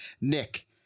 Nick